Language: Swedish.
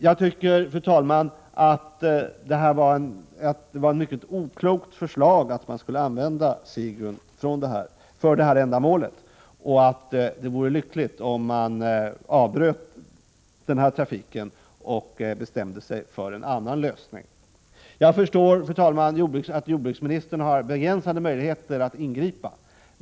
Jag tycker, fru talman, att det var ett mycket oklokt beslut att man skulle använda Sigyn för detta ändamål. Det vore lyckligt, om man avbröt den här trafiken och bestämde sig för en annan lösning. Jag förstår, fru talman, att jordbruksministern har begränsade möjligheter att ingripa.